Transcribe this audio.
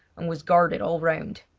and was guarded all around.